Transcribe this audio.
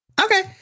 Okay